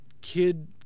kid